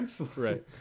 Right